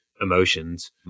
emotions